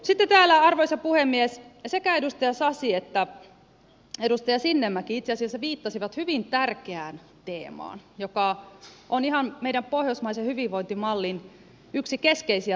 sitten täällä arvoisa puhemies sekä edustaja sasi että edustaja sinnemäki itse asiassa viittasivat hyvin tärkeään teemaan joka on ihan meidän pohjoismaisen hyvinvointimallin yksi keskeisiä tulevaisuuden kysymyksiä